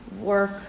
work